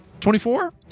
24